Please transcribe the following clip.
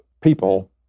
people